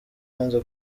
wanze